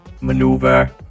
maneuver